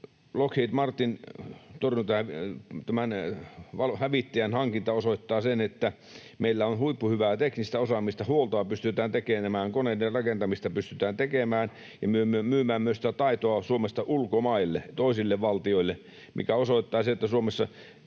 Lockheed Martin ‑hävittäjän hankinta osoittaa sen, että meillä on huippuhyvää teknistä osaamista, huoltoa pystytään tekemään, koneiden rakentamista pystytään tekemään ja myymään myös sitä taitoa Suomesta ulkomaille, toisille valtioille, mikä osoittaa sen, että Suomessa